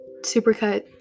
Supercut